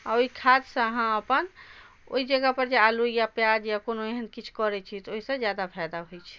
आओर ओइ खादसँ अहाँ अपन ओइ जगह पर जे आलू या प्याज या कोनो एहन किछु करै छियै तऽ ओइसँ जादा फाइदा होइ छै